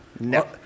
No